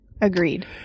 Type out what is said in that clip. Agreed